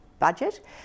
Budget